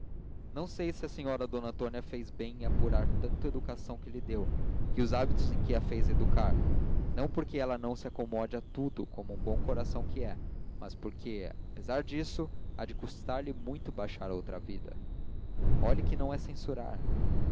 não sei se a senhora d antônia fez bem em apurar tanto a educação que lhe deu e os hábitos em que a faz educar não porque ela não se acomode a tudo como um bom coração que é mas porque apesar disso há de custar-lhe muito baixar a outra vida olhe que não é censurar